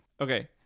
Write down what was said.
Okay